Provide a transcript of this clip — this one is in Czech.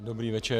Dobrý večer.